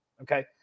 okay